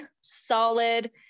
solid